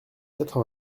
quatre